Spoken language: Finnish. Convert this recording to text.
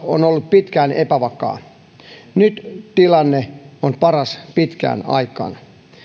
on ollut pitkään epävakaa nyt tilanne on paras pitkään aikaan